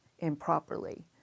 improperly